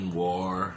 war